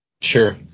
Sure